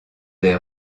des